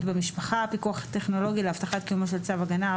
במשפחה (פיקוח טכנולוגי להבטחת קיומו של צו הגנה,